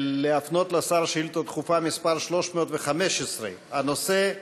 להפנות לשר שאילתה דחופה מס' 315. הנושא: